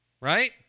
right